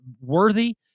worthy